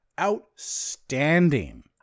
outstanding